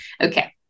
okay